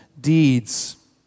deeds